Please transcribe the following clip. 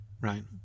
right